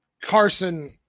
Carson